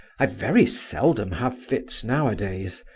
i very seldom have fits nowadays.